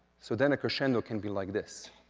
so then a crescendo can be like this.